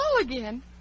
again